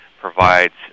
provides